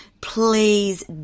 Please